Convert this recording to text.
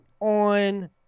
on